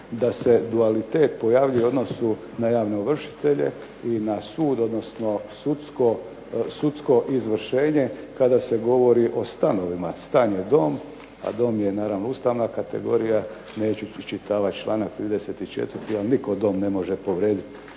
da se dualitet pojavljuje u odnosu na javne ovršitelje i na sud, odnosno sudsko izvršenje kada se govori o stanovima. Stan je dom, a dom je naravno ustavna kategorija. Neću iščitavati čl. 34. jer nitko dom ne može povrijediti,